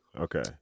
Okay